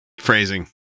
phrasing